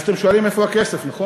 אז אתם שואלים איפה הכסף, נכון?